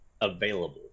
available